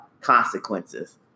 consequences